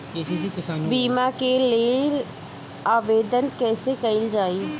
बीमा के लेल आवेदन कैसे कयील जाइ?